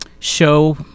show